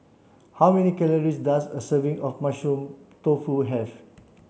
how many calories does a serving of mushroom tofu have